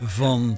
van